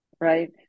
right